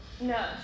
no